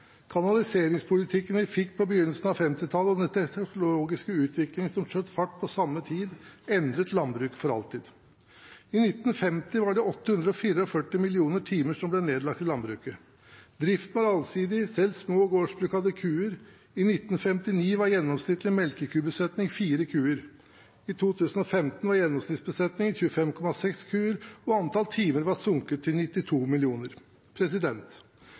Kanaliseringspolitikken vi fikk på begynnelsen av 1950-tallet og den teknologiske utviklingen som skjøt fart på samme tid, endret landbruket for alltid. I 1950 var det 844 millioner timer som ble nedlagt i landbruket. Driften var allsidig, og selv små gårdsbruk hadde kuer. I 1959 var gjennomsnittlig melkekubesetning fire kuer. I 2015 var gjennomsnittsbesetningen på 25,6 kuer, og antallet timer var sunket til 92 millioner.